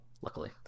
Luckily